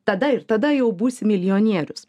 tada ir tada jau būsi milijonierius